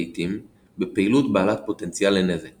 לעיתים בפעילות בעלת פוטנציאל לנזק